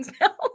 now